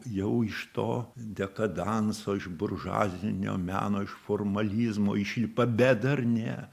jau iš to dekadanso iš buržuazinio meno iš formalizmo išlipa bet dar ne